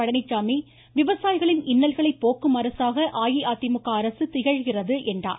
பழனிசாமி விவசாயிகளின் இன்னல்களை போக்கும் அரசாக அஇஅதிமுக அரசு திகழ்கிறது என்றார்